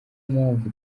impamvu